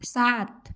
सात